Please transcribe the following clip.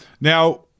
Now